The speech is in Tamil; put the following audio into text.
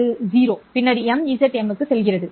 அது நான் 0 பின்னர் MZM க்கு செல்கிறது